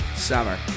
summer